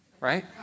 right